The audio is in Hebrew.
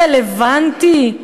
רלוונטי?